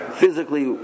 physically